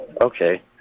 Okay